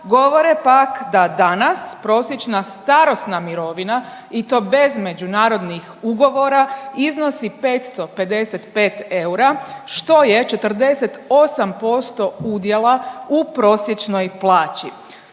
govore pak da danas prosječna starosna mirovina i to bez međunarodnih ugovora iznosi 555 eura, što je 48% udjela u prosječnoj plaći.